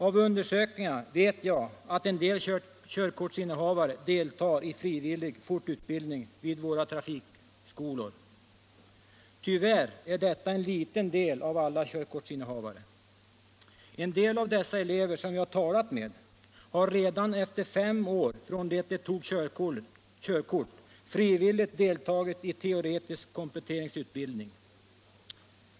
Av undersökningar vet jag att en del körkortsinnehavare deltar i frivillig fortbildning vid våra trafikskolor. Tyvärr är detta en liten del av alla körkortsinnehavare. En del av dessa elever, som jag talat med, har redan efter fem år från det de tog körkort frivilligt deltagit i teoretisk kompletteringsutbildning.